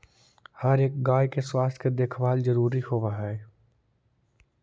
हर एक गाय के स्वास्थ्य के देखभाल जरूरी होब हई